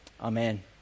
Amen